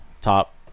top